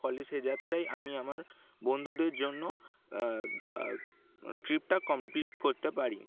ফলে সে যাত্রায় আমি আমার বন্ধুদের জন্য ট্রিপটা কমপ্লিট করতে পারি